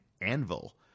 anvil